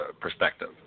perspective